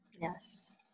Yes